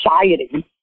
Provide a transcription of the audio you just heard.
society